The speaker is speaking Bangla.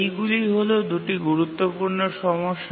এইগুলি হল দুটি গুরুত্বপূর্ণ সমস্যা